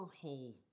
whole